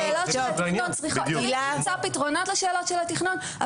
צריך למצוא פתרונות לשאול של התכנון,